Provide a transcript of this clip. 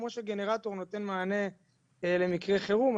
כמו שגנרטור נותן מענה למקרי חירום,